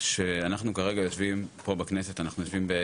שאנחנו כרגע יושבים פה בכנסת, אנחנו יושבים ב